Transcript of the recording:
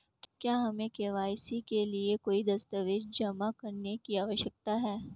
क्या हमें के.वाई.सी के लिए कोई दस्तावेज़ जमा करने की आवश्यकता है?